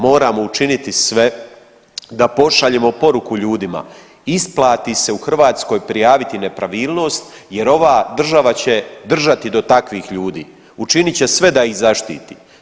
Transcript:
Moramo učiniti sve da pošaljemo poruku ljudima, isplati se u Hrvatskoj prijaviti nepravilnost jer ova država će držati do takvih ljudi, učinit će sve da ih zaštiti.